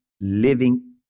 living